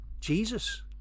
Jesus